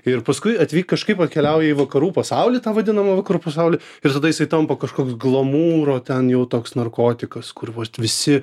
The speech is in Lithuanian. ir paskui atvik kažkaip atkeliauja į vakarų pasaulį tą vadinamą vakarų pasaulį ir tada jisai tampa kažkoks glamūro ten jau toks narkotikas kur va visi